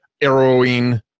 arrowing